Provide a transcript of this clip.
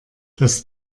das